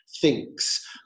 thinks